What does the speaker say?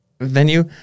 venue